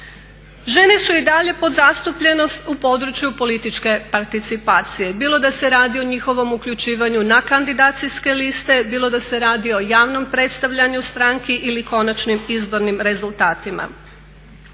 Žene su i dalje podzastupljenost u području političke participacije, bilo da se radi o njihovom uključivanju na kandidacijske liste, bilo da se radi o javnom predstavljanju stranki ili konačnim izbornim rezultatima.